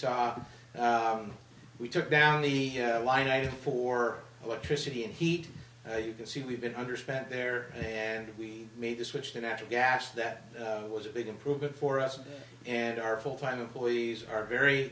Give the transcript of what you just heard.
saw we took down the line item for electricity and heat you can see we've been underspent there and we made the switch to natural gas that was a big improvement for us and our full time employees are very